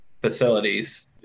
facilities